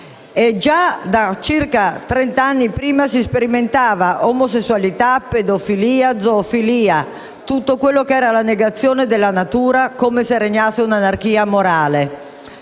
Già trent'anni prima si sperimentava omosessualità, pedofilia e zoofilia: tutto quello che era la negazione della natura, come se regnasse un'anarchia morale.